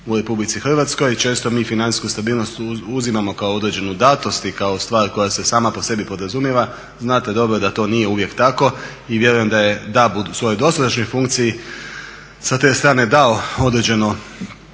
u Republici Hrvatskoj, često mi financijsku stabilnost uzimamo kao određenu datost i kao stvar koja se sama po sebi podrazumijeva. Znate dobro da to nije uvijek tako i vjerujem da je DAB u svojoj dosadašnjoj funkciji sa te strane dao određeno